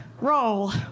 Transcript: roll